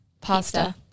Pasta